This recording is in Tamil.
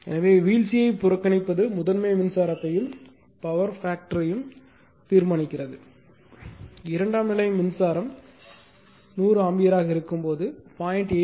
எனவே வீழ்ச்சியை புறக்கணிப்பது முதன்மை மின்சாரத்தையும் பவர் பேக்டர்யையும் தீர்மானிக்கிறது இரண்டாம் நிலை மின்சாரம் 100 ஆம்பியராக இருக்கும்போது 0